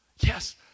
Yes